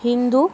Hindu